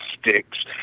sticks